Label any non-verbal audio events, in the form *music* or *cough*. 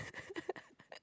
*laughs*